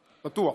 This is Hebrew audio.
בטוח.